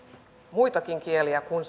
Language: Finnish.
muitakin kieliä kuin